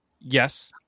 yes